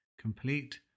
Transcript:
complete